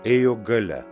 ėjo galia